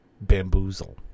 Bamboozle